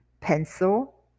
pencil